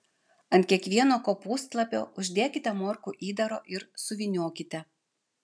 ant kiekvieno kopūstlapio uždėkite morkų įdaro ir suvyniokite